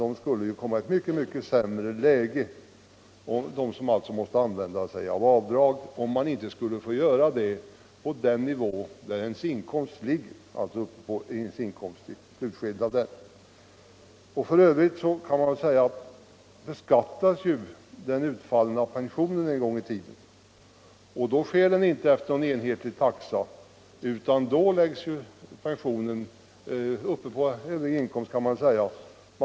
De senare kommer i ett mycket sämre läge om de inte får göra avdrag på den nivå där inkomsten ligger. För övrigt beskattas den utfallna pensionen en gång i tiden, och då sker det inte efter någon enhetlig taxa, utan då läggs pensionen samman med eventuella andra inkomster.